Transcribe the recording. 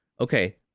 okay